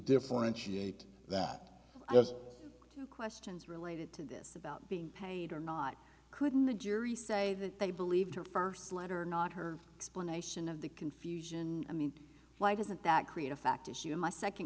differentiate that there's questions related to this about being paid or not couldn't the jury say that they believed her first letter not her explanation of the confusion i mean why doesn't that create a fact issue in my second